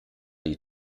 die